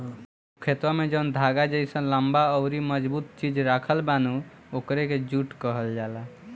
हो खेतवा में जौन धागा जइसन लम्बा अउरी मजबूत चीज राखल बा नु ओकरे के जुट कहल जाला